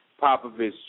Popovich